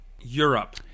Europe